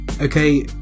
Okay